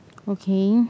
okay